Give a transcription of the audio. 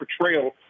portrayal